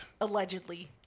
Allegedly